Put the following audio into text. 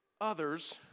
others